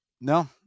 no